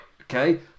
Okay